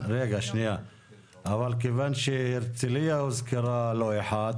אבל כיוון שהרצליה הוזכרה לא אחת,